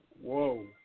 whoa